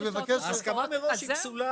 ההסכמה מראש היא פסולה.